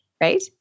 right